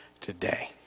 today